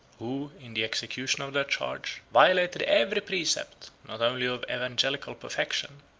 who, in the execution of their charge, violated every precept, not only of evangelical perfection,